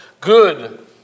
good